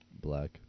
Black